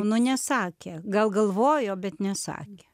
nu nesakė gal galvojo bet nesakė